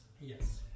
Yes